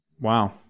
Wow